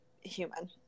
human